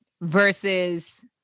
versus